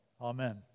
Amen